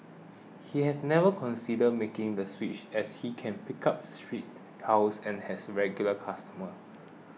he have never considered making the switch as he can pick up street hails and has regular customers